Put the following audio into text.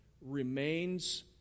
remains